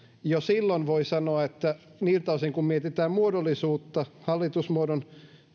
voi sanoa että niiltä osin kuin mietitään muodollisuutta hallitusmuotoon